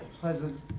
pleasant